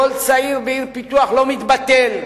כל צעיר בעיר פיתוח לא מתבטל,